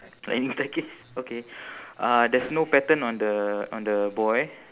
lightning staircase okay uh there's no pattern on the on the boy